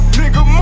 nigga